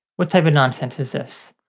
what type of nonsense is this!